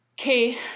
okay